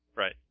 Right